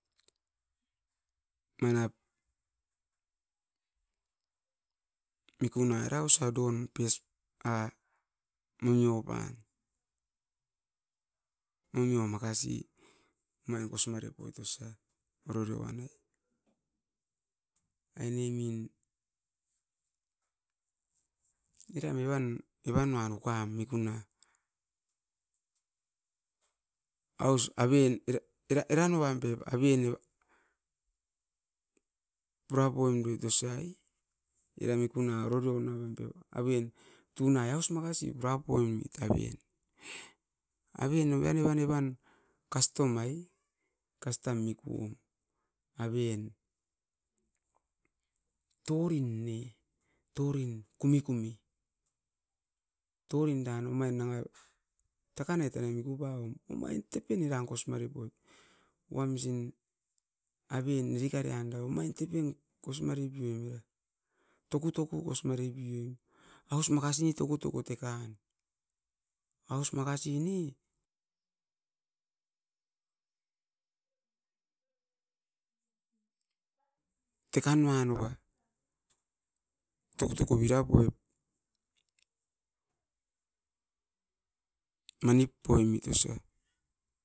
Manap mikuna era osa don momi opan, momi makasi kosingare poit ne, aine min eram uan ukam mikuna. Eran nuavat pep aven pura punoim poit osa ai. Era aven tunai aus makasi pura pauoim poit ne, even kastom ai, torin ne eran omain tepen kosingare poit. Tokutokui kosinga repoit. Aus makasi ne tokutoku kosingare poit na. Teka nua noa toku toku bira poit manip poimit osa.